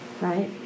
Right